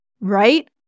right